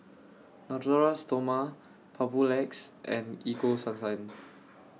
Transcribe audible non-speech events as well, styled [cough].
Natura Stoma Papulex and Ego [unintelligible]